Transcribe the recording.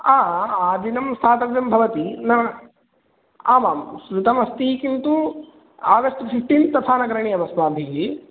आदिनं स्थातव्यं भवति न आमां श्रुतमस्ति किन्तु आगस्ट् फ़िफ़्टीन्त् तथा न करणीयमस्माभिः